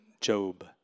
Job